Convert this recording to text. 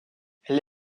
elle